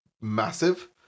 massive